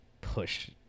push